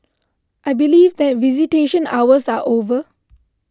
I believe that visitation hours are over